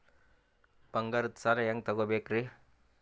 ಬಂಗಾರದ್ ಸಾಲ ಹೆಂಗ್ ತಗೊಬೇಕ್ರಿ?